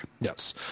Yes